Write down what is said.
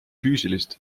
füüsilist